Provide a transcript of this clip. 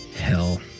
hell